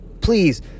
Please